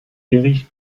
erich